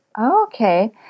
Okay